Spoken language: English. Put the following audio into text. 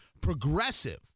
progressive